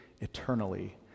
eternally